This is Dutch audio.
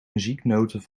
muzieknoten